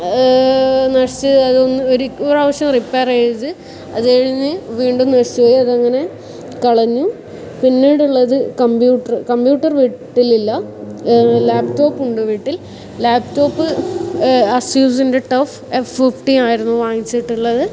നശിച്ച് അതൊന്ന് ഒരു പ്രാവശ്യം റിപയർ ചെയ്തു അത് കഴിഞ്ഞ് വീണ്ടും നശിച്ച് പോയി അതങ്ങനെ കളഞ്ഞു പിന്നീടുള്ളത് കംപ്യൂട്ടർ കംപ്യൂട്ടർ വീട്ടിലില്ല ലാപ്ടോപ്പ് ഉണ്ട് വീട്ടിൽ ലാപ്ടോപ്പ് അസ്യൂസിൻ്റെ ടഫ് എഫ് ഫിഫ്റ്റി ആയിരുന്നു വാങ്ങിച്ചിട്ടുള്ളത്